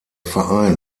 verein